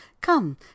come